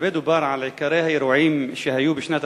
הרבה דובר על עיקרי האירועים שהיו בשנת